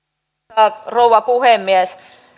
arvoisa rouva puhemies